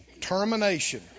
Termination